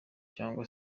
cyangwa